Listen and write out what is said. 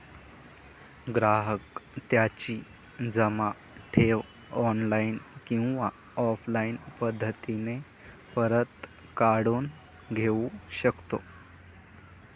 ग्राहक त्याची जमा ठेव ऑनलाईन किंवा ऑफलाईन पद्धतीने परत काढून घेऊ शकतो